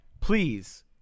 Please